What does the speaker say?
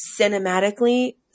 cinematically